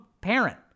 parent